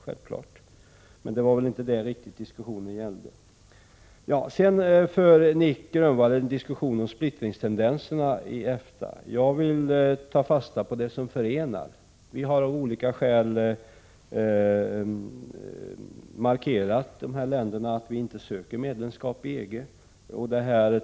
Emellertid var det väl inte riktigt detta diskussionen gällde. Nic Grönvall för också en diskussion om splittringstendenserna inom EFTA. Jag vill ta fasta på det som förenar. Vi har av olika skäl markerat att vi inte söker medlemskap i EG.